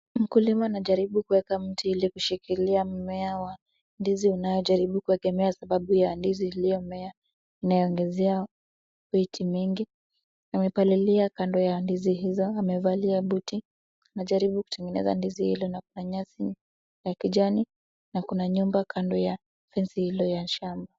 Mkulima anajaribu kuweka mti ili kushikilia mmea wa ndizi unaojaribu kuegemea sababu ya ndizi iliomea inayoongezea weight mingi , amepalilia kando ya ndizi hizo amevalia buti , anajaribu kutengeneza ndizi hilo na kuna nyasi ya kijani na kuna nyumba kando ya spasi hilo ya shamba.